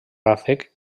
ràfec